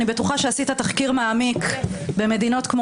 אני בטוחה שעשית תחקיר מעמיק במדינות כמו